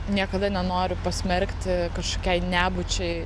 niekada nenoriu pasmerkti kažkokiai nebūčiai